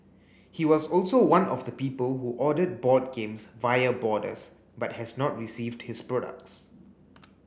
he was also one of the people who ordered board games via Boarders but has not received his products